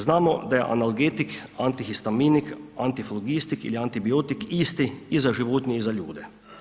Znamo da je analgetik, antihistaminik, antiflogistik ili antibiotik isti i za životinje i za ljude.